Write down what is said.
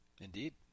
indeed